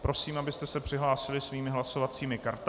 Prosím, abyste se přihlásili svými hlasovacími kartami.